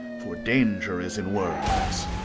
for danger is in words.